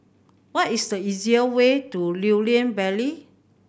what is the easiest way to Lew Lian Vale